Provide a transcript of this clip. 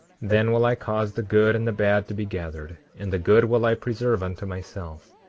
then will i cause the good and the bad to be gathered and the good will i preserve unto myself,